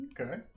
okay